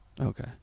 Okay